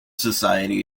society